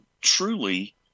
truly